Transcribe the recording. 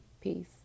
Peace